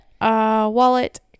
wallet